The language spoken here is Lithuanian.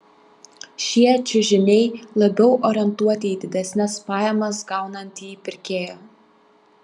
šie čiužiniai labiau orientuoti į didesnes pajamas gaunantį pirkėją